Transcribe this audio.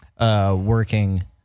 working